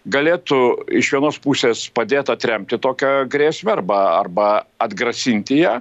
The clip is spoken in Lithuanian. galėtų iš vienos pusės padėt atremti tokią grėsmę arba arba atgrasinti ją